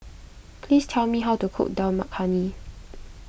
please tell me how to cook Dal Makhani